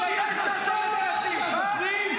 בגלל זה השארתם את כסיף?